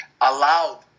allowed